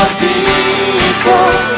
people